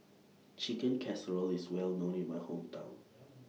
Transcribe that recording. Chicken Casserole IS Well known in My Hometown